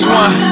one